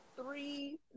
Three